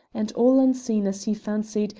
and all unseen as he fancied,